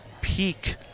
peak